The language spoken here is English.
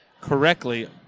correctly